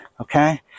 Okay